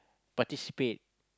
participate